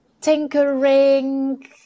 tinkering